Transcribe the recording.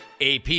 AP